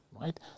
right